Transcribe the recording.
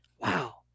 wow